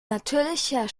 natürlicher